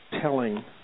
telling